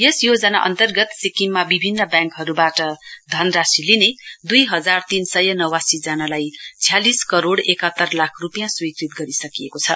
यस योजना अन्तर्गत सिक्किममा विभिन्न व्याङ्कहरुवाट धनराशि लिने दुई हजार तीन सय नवासी जनालाई छ्यालिस करोड़ एकात्तर लाख रुपियाँ स्वीकृत गरिसकिएको छ